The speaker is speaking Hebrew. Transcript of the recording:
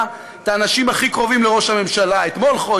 את האנשים הכי קרובים לראש הממשלה: את מולכו,